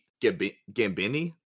Gambini